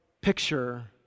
picture